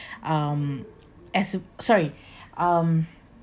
um as sorry um